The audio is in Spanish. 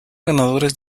ganadores